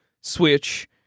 Switch